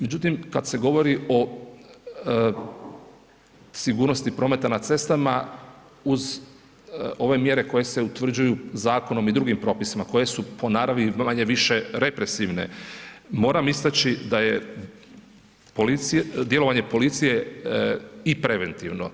Međutim, kad se govori o sigurnosti prometa na cestama, uz ove mjere koje se utvrđuju zakonom i drugim propisima, koje su po naravi, manje-više, represivne, moram istaći da je djelovanje policije i preventivno.